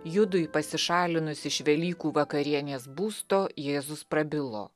judui pasišalinus iš velykų vakarienės būsto jėzus prabilo